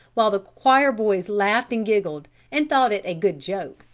while the choir boys laughed and giggled and thought it a good joke.